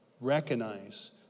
recognize